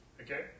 Okay